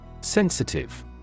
Sensitive